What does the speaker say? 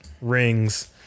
rings